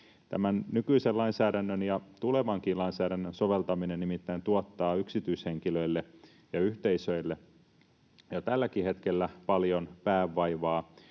nykyisen lainsäädännön ja tulevankin lainsäädännön soveltaminen nimittäin tuottaa yksityishenkilöille ja yhteisöille jo tälläkin hetkellä paljon päänvaivaa,